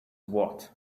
what